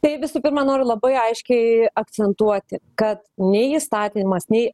tai visų pirma noriu labai aiškiai akcentuoti kad nei įstatymas nei